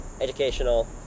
Educational